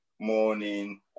morning